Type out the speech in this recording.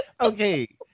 Okay